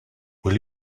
will